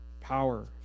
power